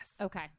Okay